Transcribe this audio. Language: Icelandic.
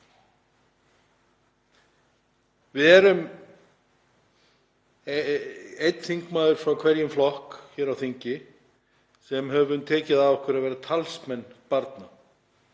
Við erum einn þingmaður frá hverjum flokki hér á þingi sem höfum tekið þá ákvörðun að vera talsmenn barna.